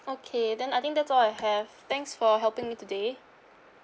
okay then I think that's all I have thanks for helping me today